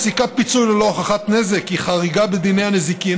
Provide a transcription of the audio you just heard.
פסיקת פיצוי ללא הוכחת נזק היא חריגה בדיני הנזיקין,